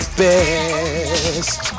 best